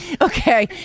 Okay